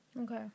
okay